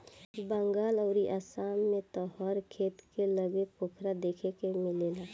बंगाल अउरी आसाम में त हर खेत के लगे पोखरा देखे के मिलेला